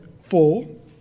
full